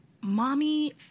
mommy